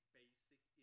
basic